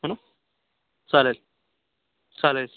है ना चालेल चालेल